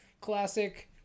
Classic